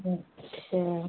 अच्छा